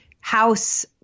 house